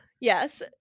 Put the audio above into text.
yes